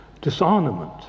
disarmament